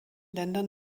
ländern